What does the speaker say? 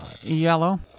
yellow